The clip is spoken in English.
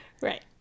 Right